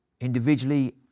individually